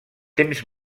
temps